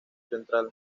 central